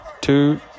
two